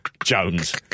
Jones